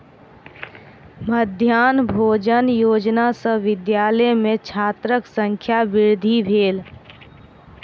मध्याह्न भोजन योजना सॅ विद्यालय में छात्रक संख्या वृद्धि भेल